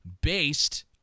based